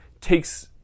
takes